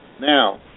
Now